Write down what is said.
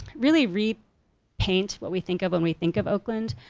really really repaint what we think of when we think of oakland.